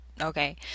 okay